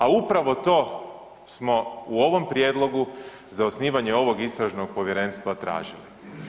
A upravo to smo u ovom prijedlogu za osnivanje ovog istražnog povjerenstva tražili.